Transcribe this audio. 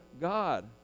God